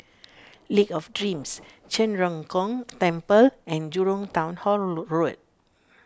Lake of Dreams Zhen Ren Gong Temple and Jurong Town Hall Road